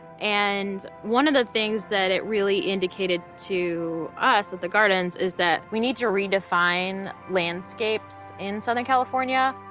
and one of the things that it really indicated to us with the gardens is that we need to redefine landscapes in southern california,